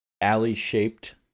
alley-shaped